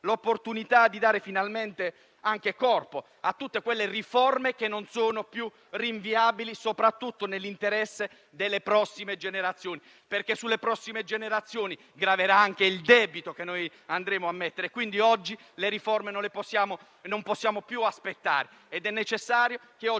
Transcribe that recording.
l'opportunità di dare finalmente corpo a tutte quelle riforme che non sono più rinviabili, soprattutto nell'interesse delle prossime generazioni, perché sulle prossime generazioni graverà anche il debito che stiamo contraendo. Per le riforme non possiamo più aspettare ed è necessario, anche con